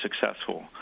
successful